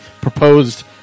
proposed